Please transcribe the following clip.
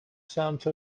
سمت